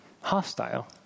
hostile